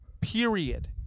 Period